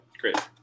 great